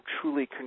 truly